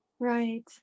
Right